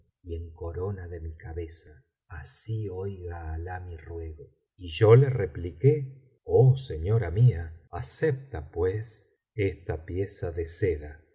y en corona de mi cabeza así oiga alah mi ruego y yo le repliqué oh señora mía acepta pues esta pieza de seda